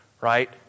right